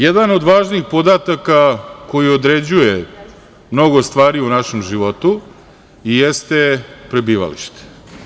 Jedan od važnih podataka koji određuje mnogo stvari u našem životu jeste prebivalište.